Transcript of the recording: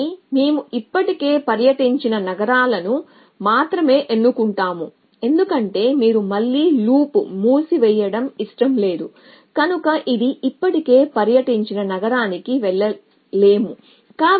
కానీ మేము ఇప్పటికే పర్యటించని నగరాలను మాత్రమే ఎన్నుకుంటాము ఎందుకంటే మీరు మళ్ళీ లూప్ మూసివేయడం ఇష్టం లేదు కనుక ఇది ఇప్పటికే పర్యటించిన నగరానికి వెళ్ళలేము